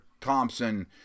Thompson